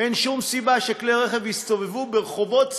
אין שום סיבה שכלי רכב יסתובבו ברחובות סמוכים,